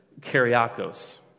karyakos